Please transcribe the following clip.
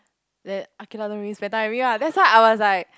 then I that's why I was like